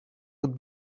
would